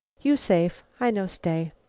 you safe i no stay.